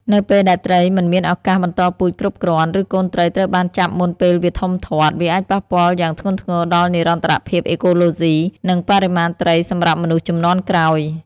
នៅពេលដែលត្រីមិនមានឱកាសបន្តពូជគ្រប់គ្រាន់ ឬកូនត្រីត្រូវបានចាប់មុនពេលវាធំធាត់ វាអាចប៉ះពាល់យ៉ាងធ្ងន់ធ្ងរដល់និរន្តរភាពអេកូឡូស៊ី និងបរិមាណត្រីសម្រាប់មនុស្សជំនាន់ក្រោយ។